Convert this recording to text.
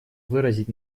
выразить